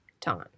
time